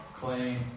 claim